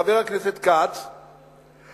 חבר הכנסת חיים כץ,